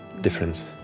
difference